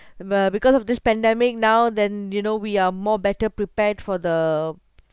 uh because of this pandemic now then you know we are more better prepared for the